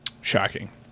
shocking